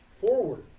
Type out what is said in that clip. forward